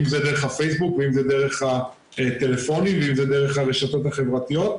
אם זה דרך הפייסבוק ואם זה דרך הטלפונים ואם דרך הרשתות החברתיות,